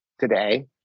today